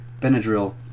Benadryl